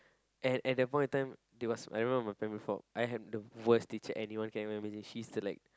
and at the point of time it was I remember I was primary four I had the worst teacher that anyone can ever imagine she was like